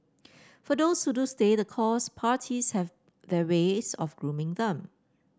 for those who do stay the course parties have their ways of grooming them